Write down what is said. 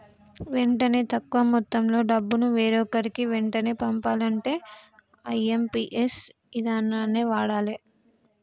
వెంటనే తక్కువ మొత్తంలో డబ్బును వేరొకరికి వెంటనే పంపాలంటే ఐ.ఎమ్.పి.ఎస్ ఇదానాన్ని వాడాలే